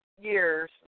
years